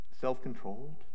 self-controlled